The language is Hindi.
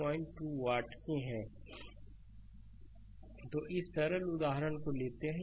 स्लाइड समय देखें 1144 तो इस सरल उदाहरण को लेते हैं